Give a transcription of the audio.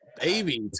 Baby